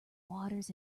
waters